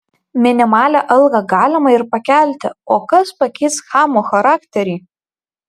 minimalią algą galima ir pakelti o kas pakeis chamo charakterį